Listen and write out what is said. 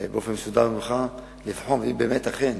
באופן מסודר ממך, לבחון, אם באמת, אכן,